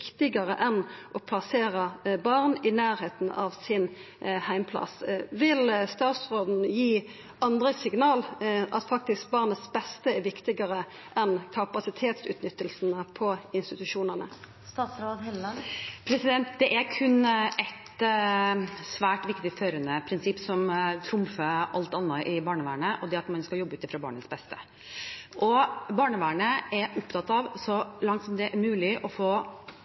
enn å plassera barn i nærleiken av heimplassen sin. Vil statsråden gi andre signal: at barnets beste faktisk er viktigare enn kapasitetsutnyttinga på institusjonane? Det er ett svært viktig førende prinsipp som trumfer alt annet i barnevernet, og det er at man skal jobbe ut fra barnets beste. Barnevernet er opptatt av, så langt det er mulig, å få